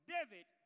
David